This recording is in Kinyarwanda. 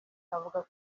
avuga